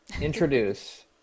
introduce